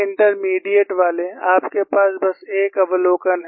intermediate वाले आपके पास बस एक अवलोकन है